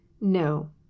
No